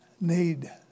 need